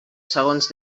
segons